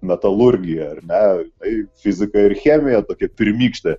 metalurgija ar ne ai fizika ir chemija tokia pirmykštė